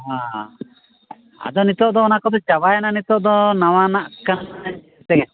ᱦᱮᱸ ᱟᱫᱚ ᱱᱤᱛᱚᱜ ᱫᱚ ᱚᱱᱟ ᱠᱚᱫᱚ ᱪᱟᱵᱟᱭᱮᱱᱟ ᱱᱤᱛᱚᱜ ᱫᱚ ᱱᱟᱣᱟᱱᱟᱜ ᱠᱟᱱᱟ ᱥᱮ